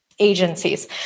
Agencies